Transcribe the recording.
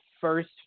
first